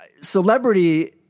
celebrity